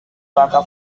baja